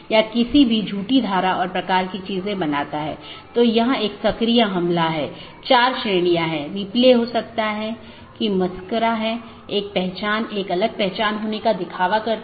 BGP किसी भी transport layer का उपयोग नहीं करता है ताकि यह निर्धारित किया जा सके कि सहकर्मी उपलब्ध नहीं हैं या नहीं